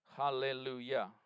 Hallelujah